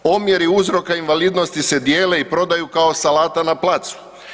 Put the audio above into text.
Omjeri uzroka invalidnosti se dijele i prodaju kao salata na placu.